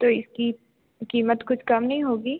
तो इसकी कीमत कुछ कम नहीं होगी